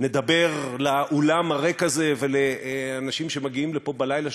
נדבר לאולם הריק הזה ולאנשים שמגיעים לפה בלילה,